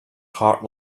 heart